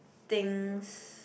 things